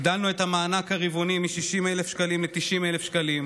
הגדלנו את המענק הרבעוני מ-60,000 שקלים ל-90,000 שקלים,